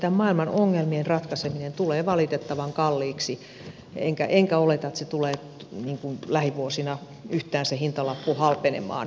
nimittäin maailman ongelmien ratkaiseminen tulee valitettavan kalliiksi enkä oleta että sen hintalappu tulee lähivuosina yhtään halpenemaan